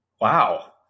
Wow